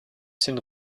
sind